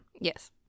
Yes